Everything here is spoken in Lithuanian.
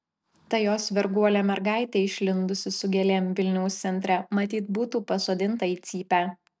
ta jos varguolė mergaitė išlindusi su gėlėm vilniaus centre matyt būtų pasodinta į cypę